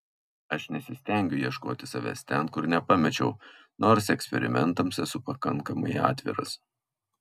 aš nesistengiu ieškoti savęs ten kur nepamečiau nors eksperimentams esu pakankamai atviras